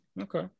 Okay